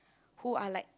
who are like